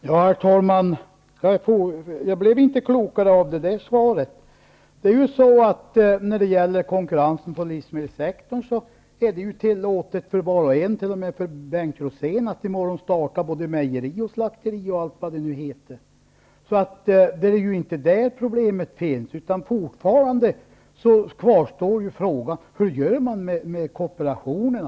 Herr talman! Jag blev inte klokare av detta svar. När det gäller konkurrensen på livsmedelssektorn är det ju tillåtet för var och en, t.o.m. Bengt Rosén, att i morgon starta mejeri, slakteri och allt vad det nu kan vara. Det är inte där problemet ligger. Fortfarande kvarstår frågan: Hur gör man med kooperationen?